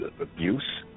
abuse